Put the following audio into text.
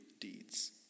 deeds